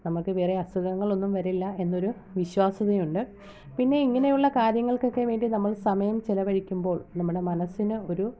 നമുക്ക് വേറെ അസുഖങ്ങളൊന്നും വരില്ല എന്നൊരു വിശ്വാസ്യതയുണ്ട് പിന്നെ ഇങ്ങനെയുള്ള കാര്യങ്ങൾക്ക് ഒക്കെ വേണ്ടി നമ്മൾ ചെലവഴിക്കുമ്പോൾ നമ്മുടെ മനസ്സിന് ഒരു